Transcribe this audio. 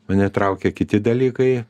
mane traukia kiti dalykai